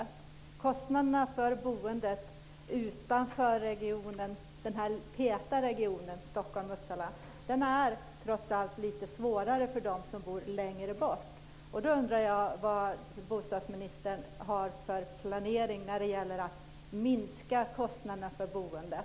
Det handlar om kostnaderna för boendet utanför den snäva regionen Stockholm-Uppsala. Det är trots allt lite svårare för dem som bor längre bort. Jag undrar vad bostadsministern har för planering när det gäller att minska kostnaderna för boendet.